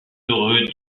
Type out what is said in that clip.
heureux